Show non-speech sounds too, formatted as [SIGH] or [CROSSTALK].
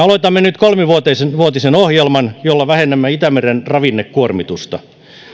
[UNINTELLIGIBLE] aloitamme nyt kolmivuotisen ohjelman jolla vähennämme itämeren ravinnekuormitusta